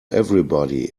everybody